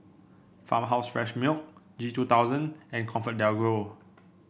Farmhouse Fresh Milk G two Thousand and Comfort DelGro